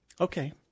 Okay